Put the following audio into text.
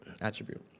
Attribute